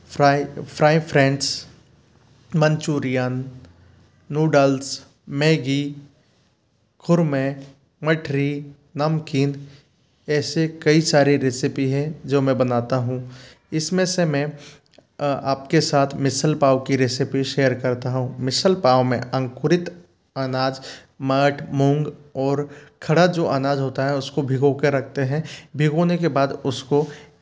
fry fry French Manchurian noodles Maggi खुरमें मठरी नमकीन ऐसे कई सारे रेसिपी हैं जो मैं बनाता हूँ इसमें से मैं आपके साथ मिसल पाव की रेसिपी शेयर करता हूँ मिसल पाव में अंकुरित अनाज मठ मूँग और खड़ा जो अनाज होता है उसको भिगो कर रखते हैं भिगोने के बाद उसको